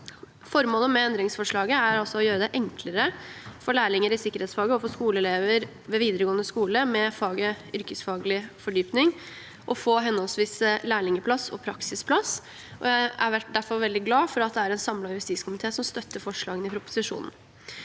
Formålet med endringsforslaget er altså å gjøre det enklere for lærlinger i sikkerhetsfaget og for skoleelever ved videregående skole med faget yrkesfaglig fordypning å få henholdsvis lærlingplass og praksisplass. Jeg er derfor veldig glad for at det er en samlet justiskomité som støtter forslagene i proposisjonen.